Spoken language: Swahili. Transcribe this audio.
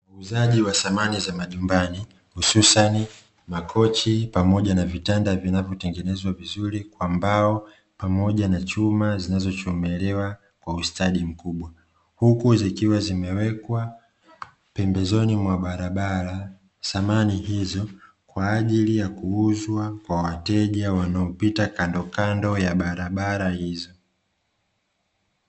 Uuzaji wa samani na majumbani, hususani makochi pamoja na vitanda vinavyotengenezwa vizuri kwa mbao pamoja na chuma zinazochomelewa kwa ustadi mkubwa. Huku zikiwa zimewekwa pembezoni mwa barabara, samani hizo kwa ajili ya kuuzwa kwa wateja wanaopita kandokando ya barabara hizo.